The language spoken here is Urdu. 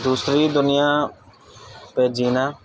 دوسری دنیا پہ جینا